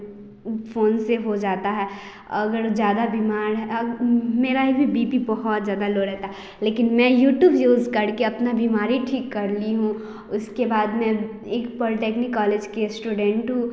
phone से हो जाता है अगर ज़्यादा बीमार है मेरा ऐसी बी पी बहुत ज़्यादा लो रहता लेकिन मैं यूट्यूब यूज़ करके अपना बीमारी ठीक कर ली हूँ उसके बाद में एक पॉलिटेक्निक कॉलेज के स्टूडेंट हूँ